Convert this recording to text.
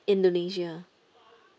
indonesia